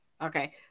Okay